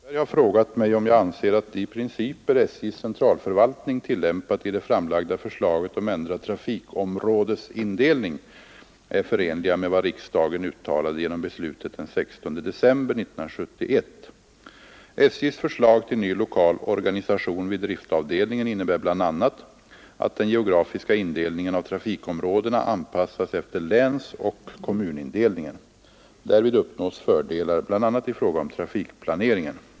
Herr talman! Herr Winberg har frågat mig om jag anser att de principer SJ:s centralförvaltning tillämpat i det framlagda förslaget om ändrad trafik områdesindelning är förenliga med vad riksdagen uttalade genom beslutet den 16 december 1971. SJ:s förslag till ny lokal organisation vid driftavdelningen innebär bl.a. att den geografiska indelningen av trafikområdena anpassas efter länsoch kommunindelningen. Därvid uppnås fördelar bl.a. i fråga om trafikplaneringen.